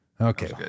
Okay